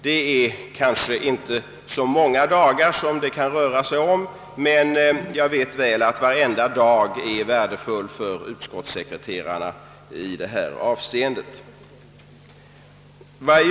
Där kan det väl inte röra sig om så många dagar, men varje dag är värdefull för utskottssekreterarna.